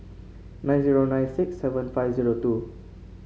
nine zero nine six seven five zero two